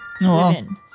women